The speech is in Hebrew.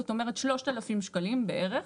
זאת אומרת 3,000 שקלים בערך,